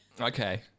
Okay